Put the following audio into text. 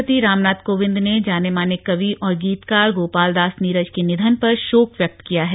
राष्ट्रपति रामनाथ कोविंद ने जाने माने कवि और गीतकार गोपाल दास नीरज के निधन पर शोक व्यक्त किया है